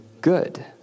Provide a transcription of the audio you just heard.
good